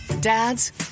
Dads